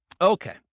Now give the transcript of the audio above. Okay